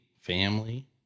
family